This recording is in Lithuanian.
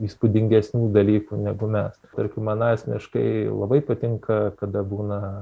įspūdingesnių dalykų negu mes tarkim man asmeniškai labai patinka kada būna